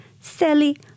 Sally